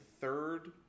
third